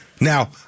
Now